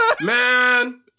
man